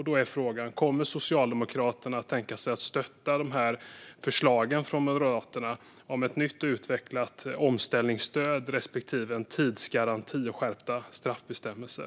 Då är frågan: Kan Socialdemokraterna tänka sig att stötta dessa förslag från Moderaterna om ett nytt och utvecklat omställningsstöd respektive en tidsgaranti och skärpta straffbestämmelser?